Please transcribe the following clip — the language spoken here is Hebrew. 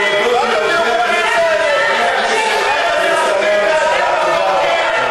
וניהול הכנסת, להודות לעובדי